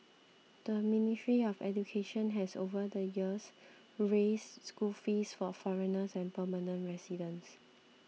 the Ministry of Education has over the years raised school fees for foreigners and permanent residents